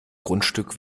grundstück